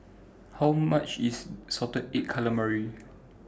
How much IS Salted Egg Calamari